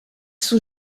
sont